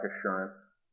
assurance